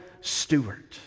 steward